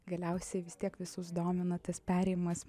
galiausiai vis tiek visus domina tas perėjimas